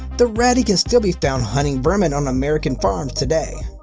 the rattie can still be found hunting vermin on american farms today.